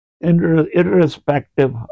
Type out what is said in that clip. irrespective